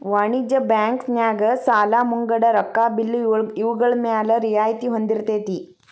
ವಾಣಿಜ್ಯ ಬ್ಯಾಂಕ್ ನ್ಯಾಗ ಸಾಲಾ ಮುಂಗಡ ರೊಕ್ಕಾ ಬಿಲ್ಲು ಇವ್ಗಳ್ಮ್ಯಾಲೆ ರಿಯಾಯ್ತಿ ಹೊಂದಿರ್ತೆತಿ